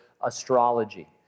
astrology